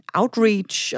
outreach